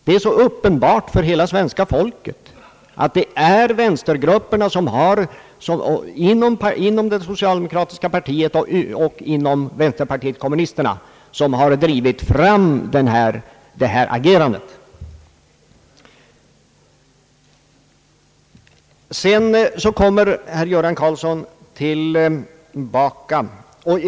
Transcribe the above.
Det är uppenbart för hela svenska folket att det är vänstergrupperna inom det socialdemokratiska partiet och inom vänsterpartiet kommunisterna som drivit fram regeringens agerande.